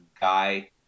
guy